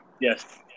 yes